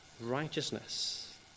righteousness